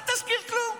אל תזכיר כלום.